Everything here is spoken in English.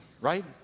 right